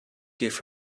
give